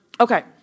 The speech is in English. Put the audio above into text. Okay